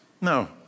No